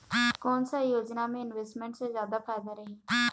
कोन सा योजना मे इन्वेस्टमेंट से जादा फायदा रही?